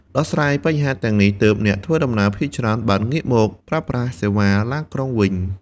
ដោយសារបញ្ហាទាំងនេះ ទើបអ្នកដំណើរភាគច្រើនបានងាកមកប្រើប្រាស់សេវាឡានក្រុងវិញ។